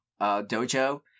Dojo